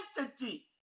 identity